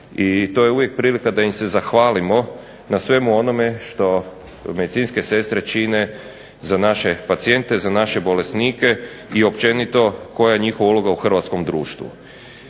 I to je uvijek prilika da im se zahvalimo na svemu onome što medicinske sestre čine za naše pacijente, za naše bolesnike i općenito koja je njihova uloga u hrvatskom društvu.